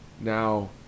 Now